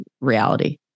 reality